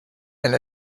and